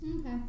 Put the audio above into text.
Okay